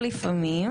לפעמים,